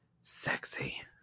sexy